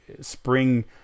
spring –